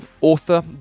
author